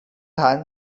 长沙